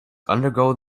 undergo